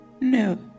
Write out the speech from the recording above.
No